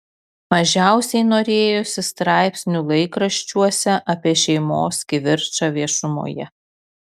mažiausiai norėjosi straipsnių laikraščiuose apie šeimos kivirčą viešumoje